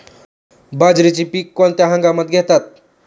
बाजरीचे पीक कोणत्या हंगामात घेतात?